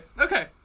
okay